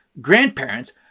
grandparents